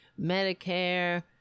Medicare